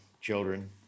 children